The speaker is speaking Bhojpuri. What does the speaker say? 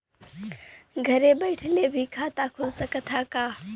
घरे बइठले भी खाता खुल सकत ह का?